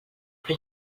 però